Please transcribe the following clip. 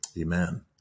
amen